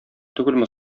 түгелме